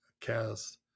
cast